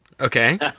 Okay